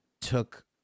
Took